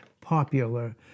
popular